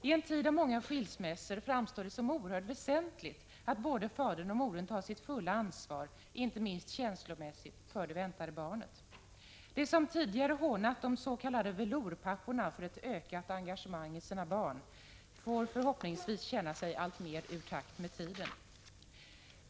I en tid av många skilsmässor framstår det som oerhört väsentligt att både fadern och modern tar sitt fulla ansvar, inte minst känslomässigt, för det väntade barnet. De som tidigare hånat de s.k. velourpapporna för ett ökat engagemang i sina barn får förhoppningsvis känna sig alltmer ur takt med tiden.